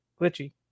glitchy